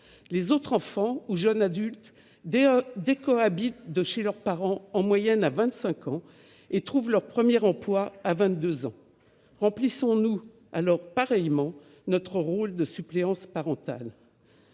Les autres enfants ou jeunes adultes décohabitent de chez leurs parents en moyenne à 25 ans et trouvent leur premier emploi à 22 ans. Remplissons-nous pareillement notre rôle de suppléance parentale